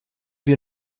wir